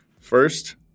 First